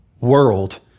world